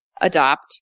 adopt